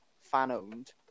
fan-owned